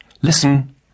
listen